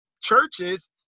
churches